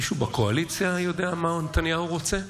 מישהו בקואליציה יודע מה נתניהו רוצה?